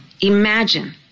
Imagine